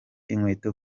inkweto